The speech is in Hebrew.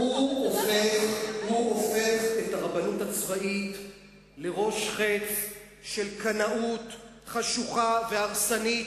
הוא הופך את הרבנות הצבאית לראש חץ של קנאות חשוכה והרסנית,